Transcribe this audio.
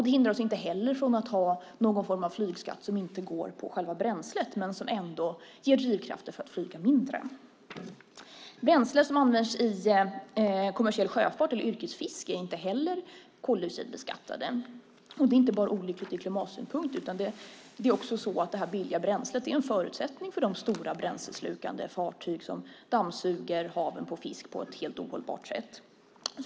Det hindrar oss inte heller från att ha någon form av flygskatt som inte tas ut på själva bränslet men som ändå ger drivkrafter för att flyga mindre. Bränsle som används i kommersiell sjöfart eller yrkesfiske är inte heller koldioxidbeskattat. Det är inte olyckligt bara ur klimatsynpunkt. Detta billiga bränsle är också en förutsättning för de stora bränsleslukande fartyg som dammsuger haven på fisk på ett helt ohållbart sätt.